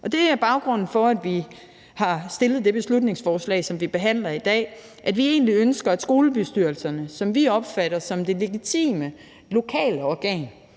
Det er baggrunden for, at vi har fremsat det beslutningsforslag, som vi behandler i dag – at vi egentlig ønsker, at skolebestyrelserne, som vi opfatter som det legitime lokale organ,